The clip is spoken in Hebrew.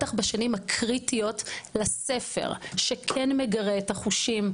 בטח בשנים הקריטיות לספר שכן מגרה את החושים,